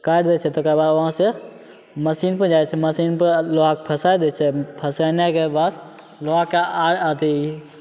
काटि दै छै तकर बाद वहाँसे मशीनपर जाइ छै मशीनपर लोहाके फसै दै छै फसेनाइके बाद लोहाके आओर अथी